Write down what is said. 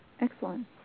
Excellent